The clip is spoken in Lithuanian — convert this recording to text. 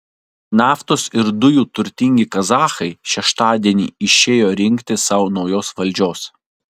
naftos ir dujų turtingi kazachai šeštadienį išėjo rinkti sau naujos valdžios